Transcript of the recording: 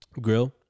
grill